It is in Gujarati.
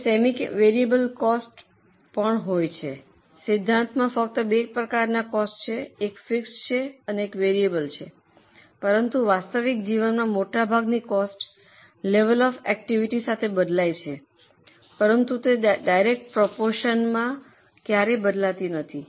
હવે એક સેમી વેરિયેબલ કોસ્ટ હોય છે સિદ્ધાંતમાં ફક્ત બે પ્રકારનાં કોસ્ટ છે એક ફિક્સડ છે અને એક વેરીએબલ છે પરંતુ વાસ્તવિક જીવનમાં મોટાભાગની કોસ્ટ લેવલ ઑફ એકટીવીટી સાથે બદલાય છે પરંતુ તે ડાયરેક્ટ પ્રોપોરશનમાં બદલાતી નથી